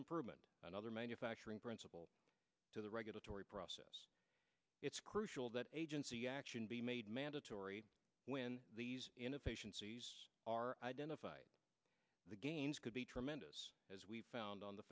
improvement another manufacturing principle to the regulatory process it's crucial that agency action be made mandatory when these inefficiencies are identified the gains could be tremendous as we found on the